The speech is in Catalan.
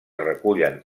recullen